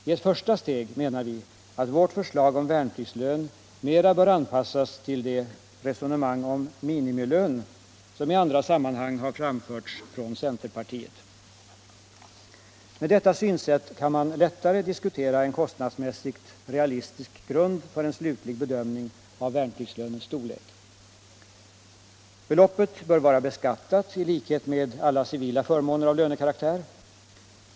I ett första steg menar vi att vårt förslag om värnpliktslön mera bör anpassas till det resonemang om minimilön som i andra sammanhang har framförts från centerpartiet. Med detta synsätt kan man lättare diskutera en kostnadsmässig realistisk grund för en slutlig bedömning av värnpliktslönens storlek. Beloppet bör vara beskattat i likhet med civila förmåner av lönekaraktär.